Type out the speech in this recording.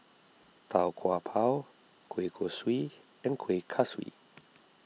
Tau Kwa Pau Kueh Kosui and Kueh Kaswi